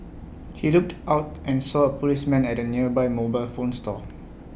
he looked out and saw policemen at the nearby mobile phone store